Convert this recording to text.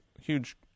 huge